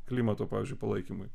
klimato pavyzdžiui palaikymui